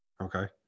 Okay